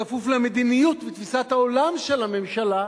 בכפוף למדיניות ותפיסת העולם של הממשלה,